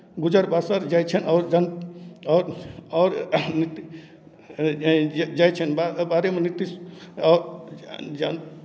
गुजर बसर जाइ छनि आओर जन आओर आओर नीतीश नी जाइ छनि बारेमे नीतीश आओर जन